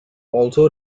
also